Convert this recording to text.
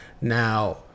Now